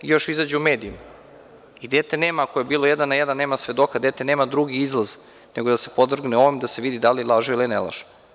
Još izađe u medijima i dete ako je bilo jedan na jedan, nema svedoka, nema drugi izlaz nego da se podvrgne on da se vidi da li laže ili ne laže.